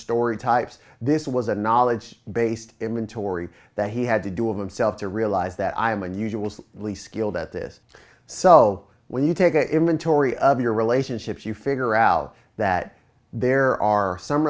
story types this was a knowledge based in tori that he had to do of himself to realize that i am unusual least skilled at this so when you take a inventory of your relationships you figure out that there are some